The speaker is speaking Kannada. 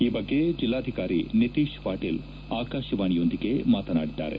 ಈ ಬಗ್ಗೆ ಜೆಲ್ಲಾಧಿಕಾರಿ ನಿತೀಶ್ ಪಾಟೀಲ್ ಆಕಾಶವಾಣಿಯೊಂದಿಗೆ ಮಾತನಾಡಿದ್ದಾರೆ